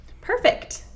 Perfect